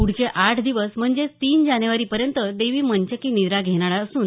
प्ढचे आठ दिवस म्हणजेच तीन जानेवारीपर्यंत देवी मंचकी निद्रा घेणार असून